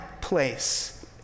place